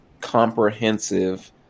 comprehensive